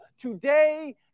today